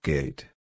Gate